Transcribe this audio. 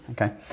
okay